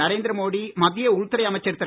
நரேந்திர மோடி மத்திய உள்துறை அமைச்சர் திரு